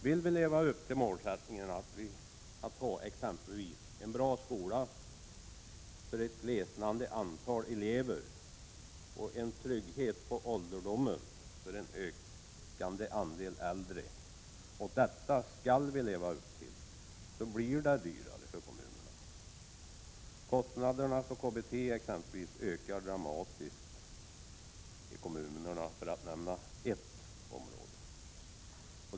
Vill vi leva upp till målsättningen att ha exempelvis en bra skola för ett glesnande antal elever och en trygghet på ålderdomen för en ökande andel äldre — och den målsättningen skall vi leva upp till — blir det dyrare för kommunerna. Kostnaderna för KBT ökar dramatiskt i kommunerna, för att nämna ett område.